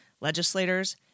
legislators